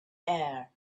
air